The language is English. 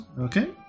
Okay